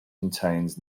contains